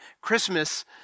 Christmas